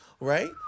right